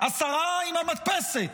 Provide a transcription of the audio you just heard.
השרה עם המדפסת,